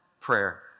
prayer